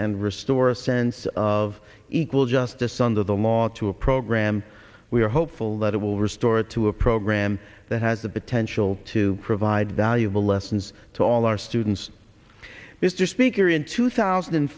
and restore a sense of equal justice under the law to a program we are hopeful it will restore to a program that has the potential to provide valuable lessons to all our students mr speaker in two thousand and